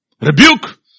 rebuke